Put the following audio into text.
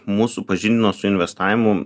mus supažindino su investavimu